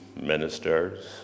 ministers